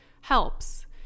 helps